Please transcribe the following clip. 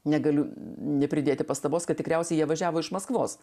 negaliu nepridėti pastabos kad tikriausiai jie važiavo iš maskvos